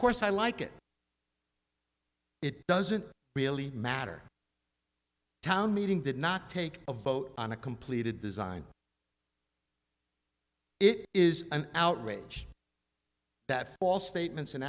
course i like it it doesn't really matter town meeting did not take a vote on a completed design it is an outrage that false statements and